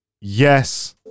Yes